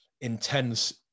intense